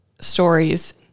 stories